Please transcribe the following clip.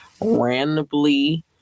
randomly